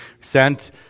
sent